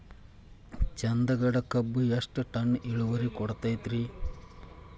ಚಂದಗಡ ಕಬ್ಬು ಎಷ್ಟ ಟನ್ ಇಳುವರಿ ಕೊಡತೇತ್ರಿ?